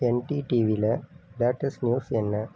என்டி டிவியில் latest news என்ன